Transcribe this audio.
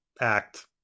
act